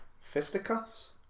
fisticuffs